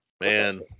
Man